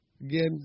again